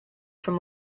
from